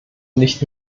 nicht